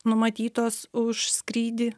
numatytos už skrydį